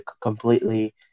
completely